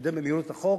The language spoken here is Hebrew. שקידם במהירות את החוק,